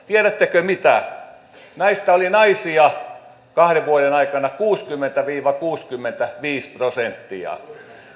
tiedättekö mitä näistä oli naisia kahden vuoden aikana kuusikymmentä viiva kuusikymmentäviisi prosenttia